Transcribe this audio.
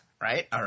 right